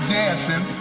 dancing